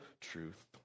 truth